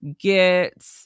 get